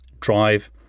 drive